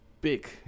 big